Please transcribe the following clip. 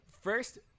first